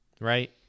right